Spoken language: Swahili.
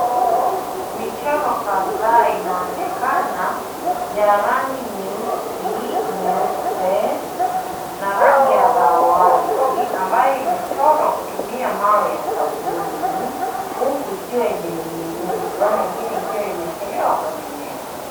Michoro kadhaa inaonekana ya rangi nyeusi, nyeupe na rangi ya dawati ambayo imechorwa kutumia mawe ya sabuni, huku ikiwa imeninginizwa na ingine ikiwa imeekelewa kwenye meza.